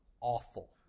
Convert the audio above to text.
awful